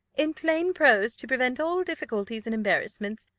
in plain prose, to prevent all difficulties and embarrassments,